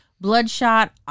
Bloodshot